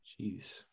Jeez